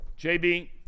JB